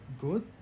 Good